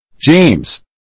James